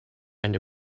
and